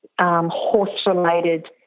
horse-related